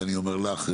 זה אני אומר לך,